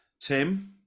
Tim